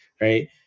right